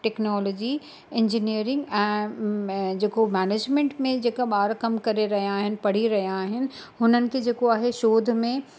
technology engineering ऐं जेको management में जेका ॿार कमु करे रहिया आहिनि पढ़ी रहिया आहिन हुननि खे जेको आहे शोध में